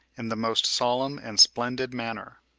in the most solemn and splendid manner.